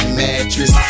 mattress